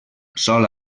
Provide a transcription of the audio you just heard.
sol